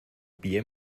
bier